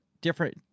different